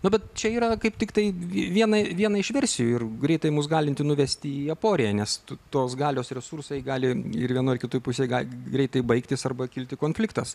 na bet čia yra kaip tiktai viena viena iš versijų ir greitai mus galinti nuvesti į į aporiją nes tos galios resursai gali ir vienoj ir kitoj pusėj gali greitai baigtis arba kilti konfliktas